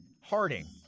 Harding